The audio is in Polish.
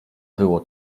było